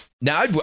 Now